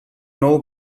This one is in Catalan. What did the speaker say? nou